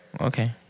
Okay